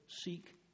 seek